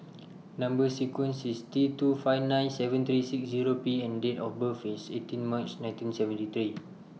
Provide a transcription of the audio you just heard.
Number sequence IS T two five nine seven three six Zero P and Date of birth IS eighteen March nineteen seventy three